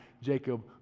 Jacob